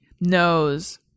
knows